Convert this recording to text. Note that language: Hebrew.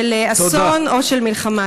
של אסון או של מלחמה.